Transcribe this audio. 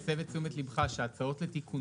אני רק מסב את תשומת לבך שהצעות לתיקונים